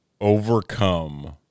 overcome